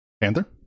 Panther